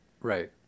Right